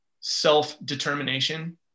self-determination